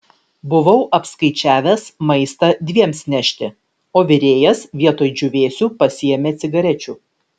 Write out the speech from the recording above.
buvau apskaičiavęs maistą dviems nešti o virėjas vietoj džiūvėsių pasiėmė cigarečių